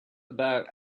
about